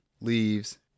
leaves